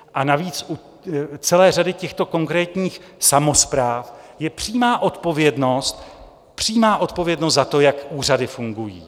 A navíc u celé řady těchto konkrétních samospráv je přímá odpovědnost, přímá odpovědnost za to, jak úřady fungují.